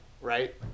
Right